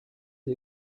sie